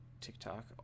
TikTok